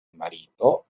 marito